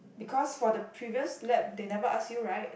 because for the previous lab they never ask you right